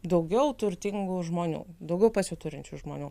daugiau turtingų žmonių daugiau pasiturinčių žmonių